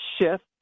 shift